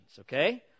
okay